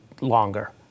longer